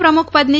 પ્રમુખપદની